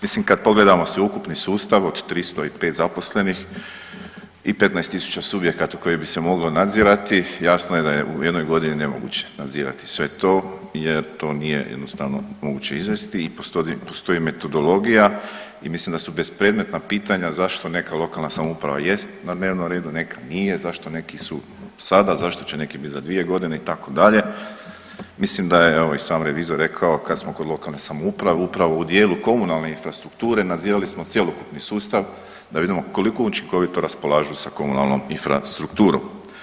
Mislim kad pogledamo sveukupni sustav od 305 zaposlenih i 15 tisuća subjekata koje bi se moglo nadzirati jasno je da je u jednoj godini nemoguće nadzirati sve to jer to nije jednostavno moguće izvesti i postoji metodologija i mislim da su bespredmetna pitanja zašto neka lokalna samouprava jest na dnevnom redu, neka nije, zašto neki su sada, zašto će neki bit za 2.g. itd., mislim da je, evo i sam revizor rekao kad smo kod lokalne samouprave upravo u dijelu komunalne infrastrukture nadzirali smo cjelokupni sustav da vidimo koliko učinkovito raspolažu sa komunalnom infrastrukturom.